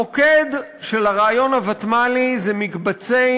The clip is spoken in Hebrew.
המוקד של הרעיון הוותמ"לי זה מקבצי